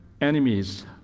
enemies